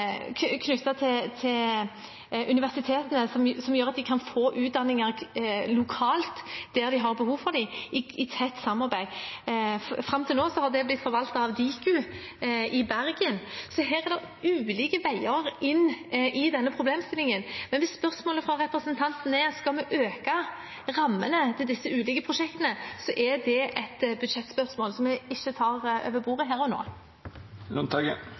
til universitetene, som gjør at de kan få utdanninger lokalt der de har behov for dem, i tett samarbeid. Fram til nå har det blitt forvaltet av Diku i Bergen. Det er ulike veier inn i denne problemstillingen. Men hvis spørsmålet fra representanten er om vi skal øke rammene til disse ulike prosjektene, er det et budsjettspørsmål, som jeg ikke tar over bordet her og